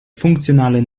funktionale